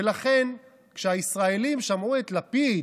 ולכן כשהישראלים שמעו את לפיד,